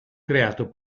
creato